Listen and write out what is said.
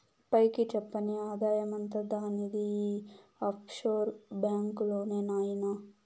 పైకి చెప్పని ఆదాయమంతా దానిది ఈ ఆఫ్షోర్ బాంక్ లోనే నాయినా